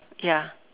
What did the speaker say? ya